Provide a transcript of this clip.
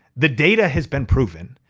the data has been proven.